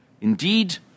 Indeed